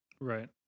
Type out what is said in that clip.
right